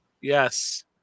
Yes